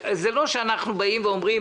זה לא שאנחנו באים ואומרים